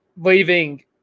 leaving